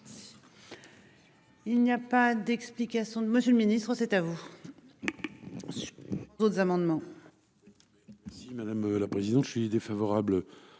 Il n'y a pas d'explication de Monsieur le Ministre, c'est à vous. D'autres amendements. Si madame la présidente. Je suis défavorable